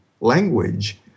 language